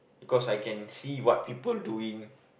because I can see what people doing